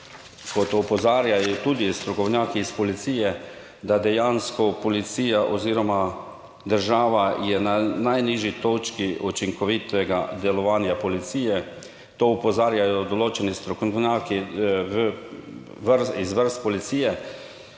kot opozarjajo tudi strokovnjaki iz policije, da dejansko policija oziroma država je na najnižji točki učinkovitega delovanja policije, to opozarjajo določeni strokovnjaki iz vrst policije,